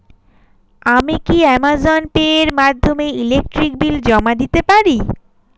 আমি কি Amazon Pay এর মাধ্যমে ইলেকট্রিক বিল জমা দিতে পারি?